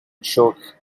shook